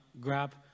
grab